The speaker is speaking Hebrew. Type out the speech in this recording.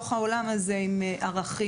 אז הילדים יצמחו לתוך העולם הזה עם ערכים.